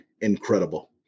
incredible